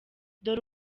dore